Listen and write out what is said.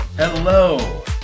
Hello